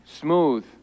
Smooth